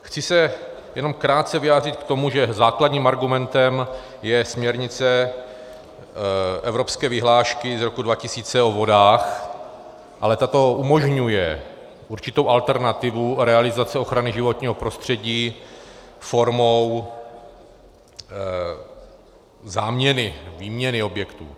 Chci se jenom krátce vyjádřit k tomu, že základním argumentem je směrnice evropské vyhlášky z roku 2000 o vodách, ale ta umožňuje určitou alternativu realizace ochrany životního prostředí formou záměny, výměny objektů.